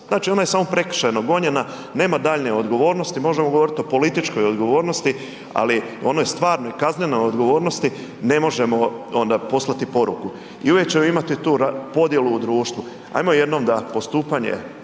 znači ona je samo prekršajno gonjena, nema daljnje odgovornosti, možemo govoriti o političkoj odgovornosti ali onoj stvarnoj kaznenoj odgovornosti, ne možemo onda poslati poruku i uvijek ćemo imati tu podjelu u društvu. Hajmo jednom da postupanje